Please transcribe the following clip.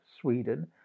Sweden